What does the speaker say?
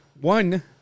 One